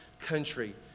country